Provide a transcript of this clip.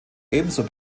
ebenso